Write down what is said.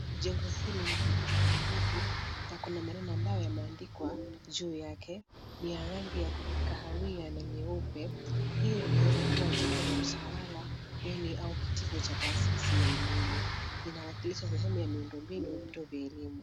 Jengo hili lina ghorofa mbili na kuna maneno ambayo yameandikwa juu yake. Ni ya rangi ya kahawia na nyeupe. Hii inaweza kuwa jengo la utawala, bweni au kitibo cha tasisi ya elimu. Linawakilisha sehemu ya miundombinu vya elimu.